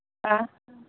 हा